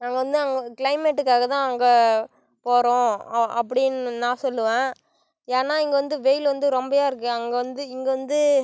நாங்கள் வந்து அங்கே க்ளைமேட்டுக்காகத்தான் அங்கே போகிறோம் அப்படின்னு நான் சொல்லுவேன் ஏனால் இங்கே வந்து வெயில் வந்து ரொம்ப இருக்குது அங்கே வந்து இங்கே வந்து